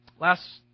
Last